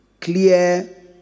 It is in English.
Clear